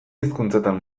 hizkuntzatan